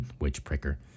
witch-pricker